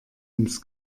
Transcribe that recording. ins